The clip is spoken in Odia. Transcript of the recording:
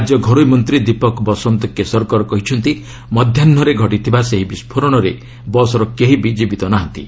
ରାଜ୍ୟ ଘରୋଇ ମନ୍ତ୍ରୀ ଦୀପକ୍ ବସନ୍ତ କେଶର୍କର କହିଛନ୍ତି ମଧ୍ୟାହ୍ୱରେ ଘଟିଥିବା ଏହି ବିସ୍ଫୋରଣରେ ବସ୍ର କେହିବି ଜୀବିତ ନାହାନ୍ତି